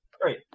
Great